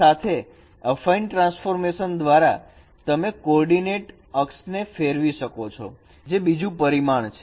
આ સાથે affine transformation દ્વારા તમે કોઓર્ડીનેટ અક્ષને ફેરવી શકો છો જે બીજું પરિમાણ છે